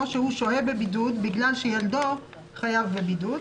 או שהוא שוהה בבידוד בגלל שילדו חייב בבידוד.